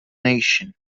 nation